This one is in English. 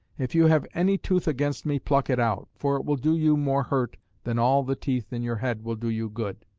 if you have any tooth against me pluck it out for it will do you more hurt than all the teeth in your head will do you good.